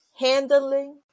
handling